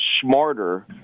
smarter